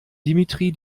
dimitri